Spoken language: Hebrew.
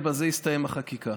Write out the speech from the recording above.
ובזה תסתיים החקיקה.